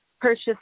purchase